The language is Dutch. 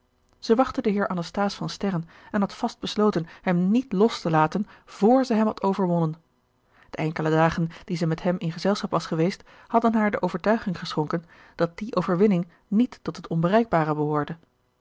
zij wachtte den heer anasthase van sterren en had vast besloten hem niet los te laten vr zij hem had overwonnen de enkele dagen dat zij met hem in gezelschap was geweest hadden haar de overtuiging geschonken dat die overwinning niet tot het onbereikbare behoorde